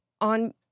on